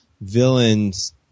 villains